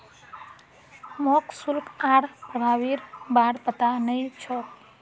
मोक शुल्क आर प्रभावीर बार पता नइ छोक